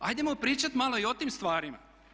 Hajdemo pričat malo i o tim stvarima.